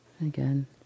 Again